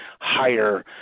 higher